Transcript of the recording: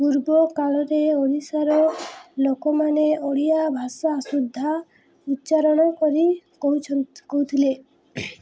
ପୂର୍ବ କାଳରେ ଓଡ଼ିଶାର ଲୋକମାନେ ଓଡ଼ିଆ ଭାଷା ଶୁଦ୍ଧ ଉଚ୍ଚାରଣ କରି କହୁଥିଲେ